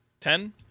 Ten